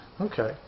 Okay